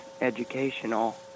educational